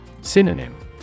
Synonym